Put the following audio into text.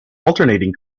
alternating